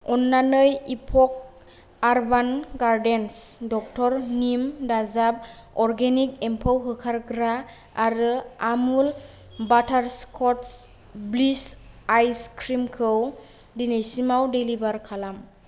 अन्नानै इफक urban gardens डक्टरनिम दाजाब अर्गेनिक एम्फौ होखारग्रा आरो आमुल बाटारस्कटस ब्लिस आईसक्रिमखौ दिनैसिमाव डेलिबारि खालाम